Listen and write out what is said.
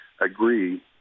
agree